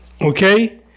Okay